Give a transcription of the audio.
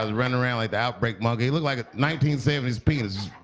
ah running around like the outbreak monkey. looked like a nineteen seventy s penis,